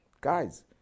Guys